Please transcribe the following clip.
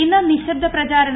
ഇന്ന് നിശബ്ദ പ്രചാരണം